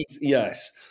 Yes